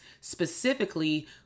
specifically